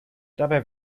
dabei